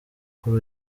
kuri